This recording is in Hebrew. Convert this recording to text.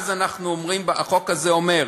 אז החוק הזה אומר: